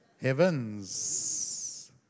heavens